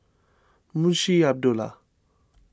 Munshi Abdullah